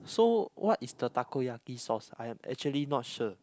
so what is the takoyaki sauce I am actually not sure